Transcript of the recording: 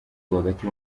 rwagati